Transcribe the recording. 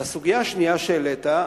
לסוגיה השנייה שהעלית,